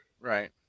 Right